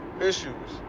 issues